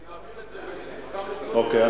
אוקיי.